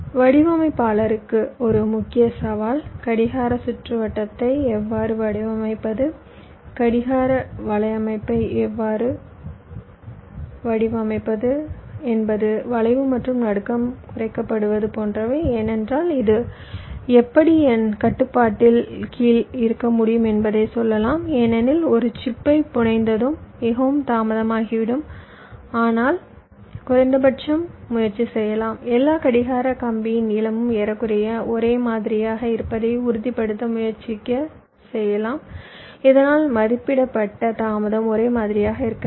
வடிவமைப்பாளருக்கு ஒரு முக்கிய சவால் கடிகார சுற்றுவட்டத்தை எவ்வாறு வடிவமைப்பது கடிகார வலையமைப்பை எவ்வாறு வடிவமைப்பது என்பது வளைவு மற்றும் நடுக்கம் குறைக்கப்படுவது போன்றவை ஏனென்றால் இது எப்படி என் கட்டுப்பாட்டின் கீழ் இருக்க முடியும் என்பதை சொல்லலாம் ஏனெனில் ஒரு சிப்பை புனைந்ததும் மிகவும் தாமதமாகிவிடும் ஆனால் குறைந்தபட்சம் முயற்சி செய்யலாம் எல்லா கடிகார கம்பியின் நீளமும் ஏறக்குறைய ஒரே மாதிரியாக இருப்பதை உறுதிப்படுத்த முயற்சி செய்யலாம் இதனால் மதிப்பிடப்பட்ட தாமதம் ஒரே மாதிரியாக இருக்க வேண்டும்